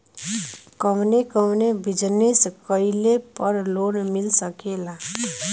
कवने कवने बिजनेस कइले पर लोन मिल सकेला?